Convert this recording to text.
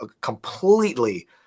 completely